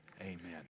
amen